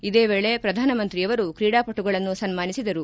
ಇದೇ ವೇಳೆ ಪ್ರಧಾನಮಂತ್ರಿಯವರು ಕ್ರೀಡಾಪಟುಗಳನ್ನು ಸನ್ನಾನಿಸಿದರು